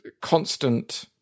constant